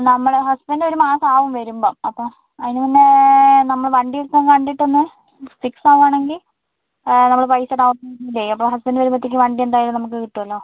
നമ്മള ഹസ്ബൻഡ് ഒരു മാസം ആവും വരുമ്പം അപ്പം അതിന് മുന്നേ നമ്മൾ വണ്ടി ഇപ്പം കണ്ടിട്ട് ഒന്ന് ഫിക്സ് ആവുവാണെങ്കിൽ നമ്മൾ പൈസ ഡൗൺ പേയ്മെൻറ്റ് ചെയ്യും അപ്പം ഹസ്ബൻഡ് വരുമ്പോഴത്തേക്ക് വണ്ടി എന്തായാലും നമുക്ക് കിട്ടുമല്ലോ